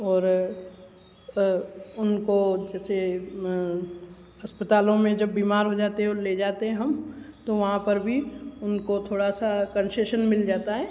और उनको जैसे अस्पतालों में जब बीमार हो जाते हैं और ले जाते हैं हम तो वहाँ पर भी उनको थोड़ा सा कन्सेशन मिल जाता है